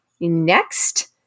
next